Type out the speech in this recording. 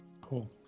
Cool